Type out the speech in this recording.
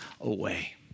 away